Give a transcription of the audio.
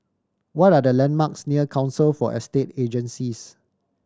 what are the landmarks near Council for Estate Agencies